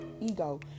ego